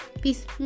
peace